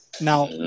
Now